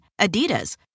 Adidas